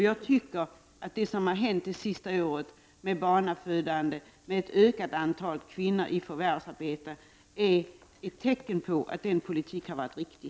Jag tycker att det som har hänt med barnafödandet det senaste året, med ett ökat antal kvinnor i förvärvsarbete, är ett tecken på att den politiken har varit riktig.